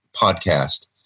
podcast